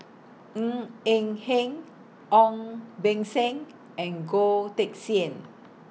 Ng Eng Hen Ong Beng Seng and Goh Teck Sian